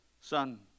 son